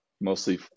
mostly